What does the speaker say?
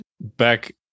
back